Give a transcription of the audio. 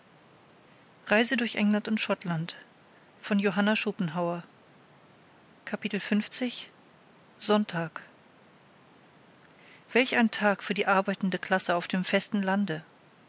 welch ein tag für die arbeitende klasse auf dem festen lande